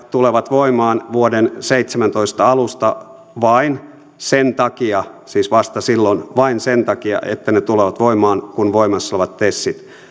tulevat voimaan vuoden kaksituhattaseitsemäntoista alusta vain sen takia siis vasta silloin sen takia että ne tulevat voimaan kun voimassa olevat tesit